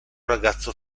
ragazzo